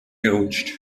gerutscht